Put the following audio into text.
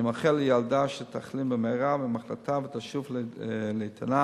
אני מאחל לילדה שתחלים במהרה ממחלתה ותשוב לאיתנה.